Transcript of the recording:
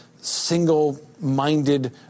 single-minded